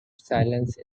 silence